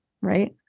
right